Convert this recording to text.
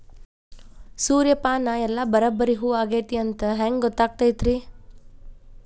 ಸೂರ್ಯಪಾನ ಎಲ್ಲ ಬರಬ್ಬರಿ ಹೂ ಆಗೈತಿ ಅಂತ ಹೆಂಗ್ ಗೊತ್ತಾಗತೈತ್ರಿ?